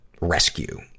rescue